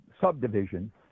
subdivision